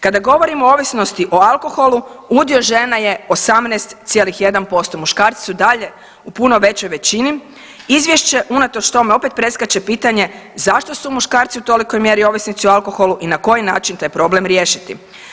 Kada govorimo o ovisnosti o alkoholu udio žena je 18,1%, muškarci su dalje u puno većoj većini, izvješće unatoč tome opet preskače pitanje, zašto su muškarci u tolikoj mjeri ovisnici o alkoholu i na koji način taj problem riješiti?